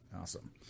Awesome